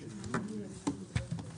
הישיבה ננעלה בשעה 09:40.